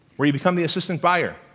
where you become the assistant buyer.